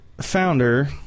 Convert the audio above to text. founder